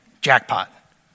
jackpot